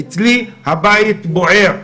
אצלי הבית בוער.